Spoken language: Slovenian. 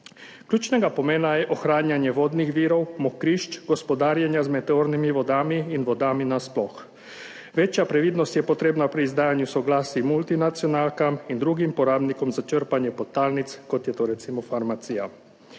Ključnega pomena je ohranjanje vodnih virov, mokrišč, gospodarjenje z meteornimi vodami in vodami nasploh. Večja previdnost je potrebna pri izdajanju soglasij multinacionalkam in drugim porabnikom za črpanje podtalnic, kot je to recimo farmacija.